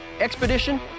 Expedition